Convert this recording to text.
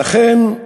ולכן,